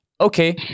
okay